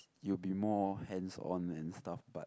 you will be more hands on and stuff but